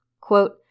Quote